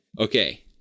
okay